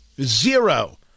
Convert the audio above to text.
Zero